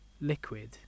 liquid